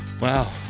Wow